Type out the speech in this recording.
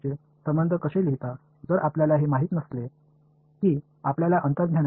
அது என்னவாக இருக்கும் L தொடர்பாக அதன் உறவை எவ்வாறு எழுதுவீர்கள்